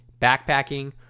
backpacking